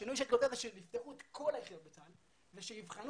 שיפתחו את כל היחידות בצה"ל ושיבחנו